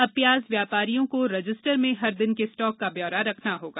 अब प्याज व्यापारियों को रजिस्टर में हर दिन के स्टाक का व्यौरा रखना होगा